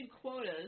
quotas